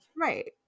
right